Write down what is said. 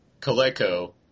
Coleco